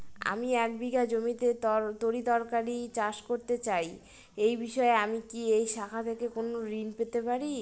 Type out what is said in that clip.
আমি এক বিঘা জমিতে তরিতরকারি চাষ করতে চাই এই বিষয়ে আমি কি এই শাখা থেকে কোন ঋণ পেতে পারি?